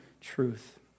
truth